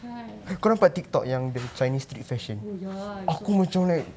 kan oh ya I saw